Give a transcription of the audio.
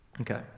Okay